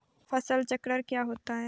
फसल चक्र क्या होता है?